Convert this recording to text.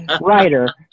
writer